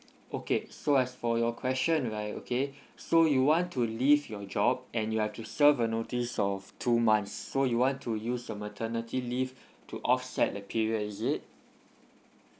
okay so as for your question right okay so you want to leave your job and you have to serve a notice of two months so you want to use your maternity leave to offset the period is it